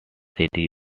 city